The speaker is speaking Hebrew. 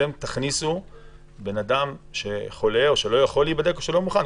להכניס בן אדם חולה או שלא יכול להיבדק או לא מוכן להיבדק.